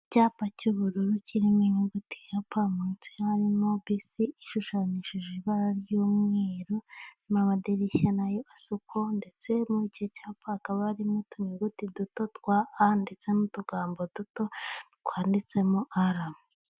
Icyapa cy'ubururu kirimo inyuguti ya "p" munsi harimo bisi ishushanyishije ibara ry'umweru n'amadirishya nayo asa uko ndetse muriki cyapa hakaba harimo utunyuguti duto twa "a" ndetse n'utugambo duto twanditsemo "r".